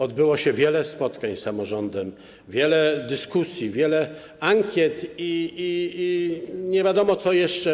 Odbyło się wiele spotkań z samorządem, wiele dyskusji, było wiele ankiet i nie wiadomo, czego jeszcze.